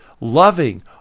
loving